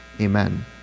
amen